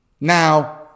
Now